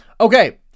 Okay